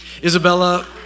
Isabella